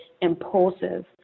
impulsive